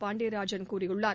பாண்டியராஜன் கூறியுள்ளார்